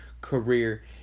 career